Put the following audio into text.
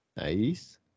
Nice